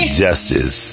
justice